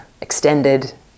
extended